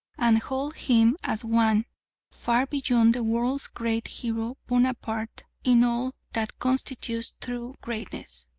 and hold him as one far beyond the world's great hero bonaparte in all that constitutes true greatness.